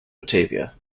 batavia